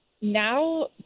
Now